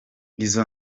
izo